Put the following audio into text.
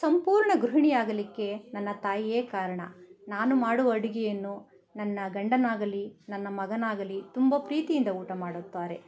ಸಂಪೂರ್ಣ ಗೃಹಿಣಿ ಆಗಲಿಕ್ಕೆ ನನ್ನ ತಾಯಿಯೇ ಕಾರಣ ನಾನು ಮಾಡುವ ಅಡುಗೆಯನ್ನು ನನ್ನ ಗಂಡನಾಗಲಿ ನನ್ನ ಮಗನಾಗಲಿ ತುಂಬ ಪ್ರೀತಿಯಿಂದ ಊಟ ಮಾಡುತ್ತಾರೆ